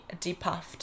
depuffed